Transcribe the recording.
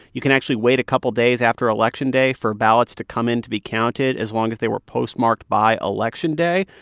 you can actually wait a couple days after election day for ballots to come in to be counted as long as they were postmarked by election day.